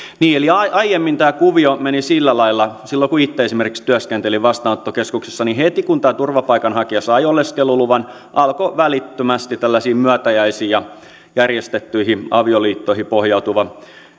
eli aiemmin tämä kuvio meni sillä lailla silloin kun itse esimerkiksi työskentelin vastaanottokeskuksessa että heti kun tämä turvapaikanhakija sai oleskeluluvan alkoi välittömästi tällaisiin myötäjäisiin ja järjestettyihin avioliittoihin pohjautuva